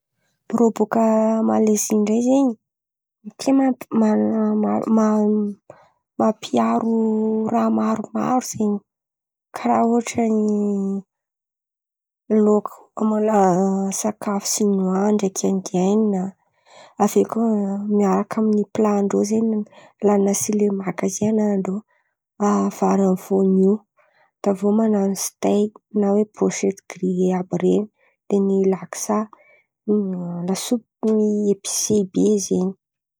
Rô bôka Malaizy ndray zen̈y, tia mamp- ma- ma- ma- mampiaro raha maromaro zen̈y. Karà ohatran'ny laoko sakafo sinoa ndreky aindiainina. Ave kà miaraka amin'ny pilàndrô zen̈y lama sy lemaka zay anarandrô vary amy voanio. De aviô manano siteky na oe birôsety grie àby ren̈y de ny laksà lasopy epise be zen̈y.